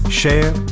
share